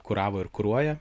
kuravo ir kuruoja